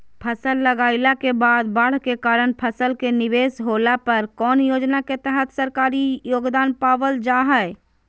फसल लगाईला के बाद बाढ़ के कारण फसल के निवेस होला पर कौन योजना के तहत सरकारी योगदान पाबल जा हय?